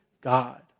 God